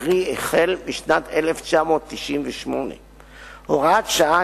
קרי החל משנת 1998. הוראת שעה,